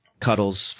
Cuddles